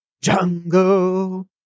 Jungle